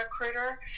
recruiter